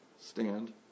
stand